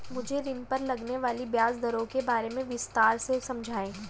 मुझे ऋण पर लगने वाली ब्याज दरों के बारे में विस्तार से समझाएं